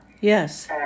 Yes